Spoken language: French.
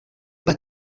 pas